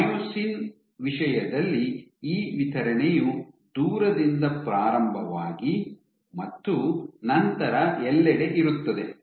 myosin ವಿಷಯದಲ್ಲಿ ಈ ವಿತರಣೆಯು ದೂರದಿಂದ ಪ್ರಾರಂಭವಾಗಿ ಮತ್ತು ನಂತರ ಎಲ್ಲೆಡೆ ಇರುತ್ತದೆ